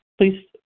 Please